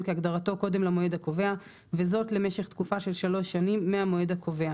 כהגדרתו קודם למועד הקובע וזאת למשך תקופה של שלוש שנים מהמועד הקובע"